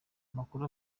amakuru